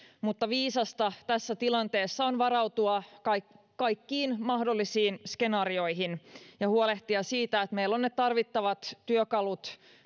mutta viisasta tässä tilanteessa on varautua kaikkiin kaikkiin mahdollisiin skenaarioihin ja huolehtia siitä että meillä on normaalilainsäädännön puolella ne tarvittavat työkalut